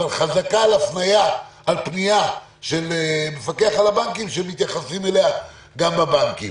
אבל חזקה על הפנייה של מפקח על הבנקים שמתייחסים אליה גם בבנקים.